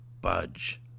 budge